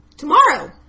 Tomorrow